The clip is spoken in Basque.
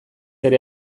ere